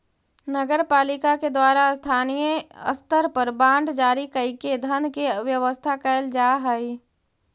नगर पालिका के द्वारा स्थानीय स्तर पर बांड जारी कईके धन के व्यवस्था कैल जा हई